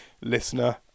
listener